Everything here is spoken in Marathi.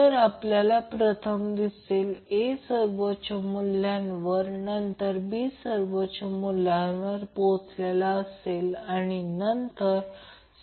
जेव्हा हा एक नसेल तेव्हा हा बिंदू हा ओपन असेल याचा अर्थ असा DC सर्किट सुरू झाले आहे